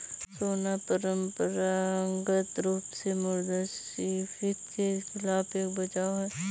सोना परंपरागत रूप से मुद्रास्फीति के खिलाफ एक बचाव है